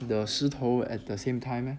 the 石头 at the same time